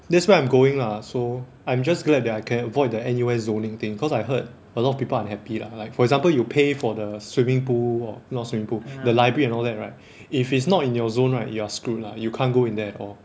that's where I'm going lah so I'm just glad that I can avoid the N_U_S zoning thing cause I heard a lot of people unhappy lah like for example you pay for the swimming pool or not swimming pool the library and all that right if it's not in your zone right you are screwed lah you can't go in there at all